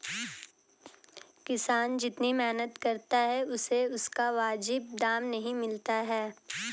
किसान जितनी मेहनत करता है उसे उसका वाजिब दाम नहीं मिलता है